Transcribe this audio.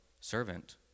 servant